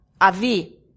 Avi